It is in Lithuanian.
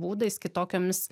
būdais kitokiomis